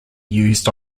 used